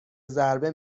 ضربه